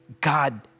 God